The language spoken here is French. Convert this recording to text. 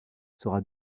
sera